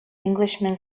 englishman